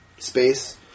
Space